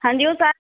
ਹਾਂਜੀ ਉਹ ਸਾ